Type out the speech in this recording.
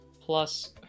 plus